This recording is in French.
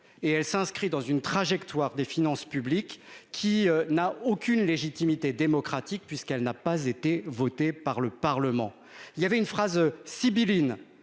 et elle s'inscrit dans une trajectoire des finances publiques qui n'a aucune légitimité démocratique puisqu'elle n'a pas été votée par le Parlement. Il y avait une phrase sibylline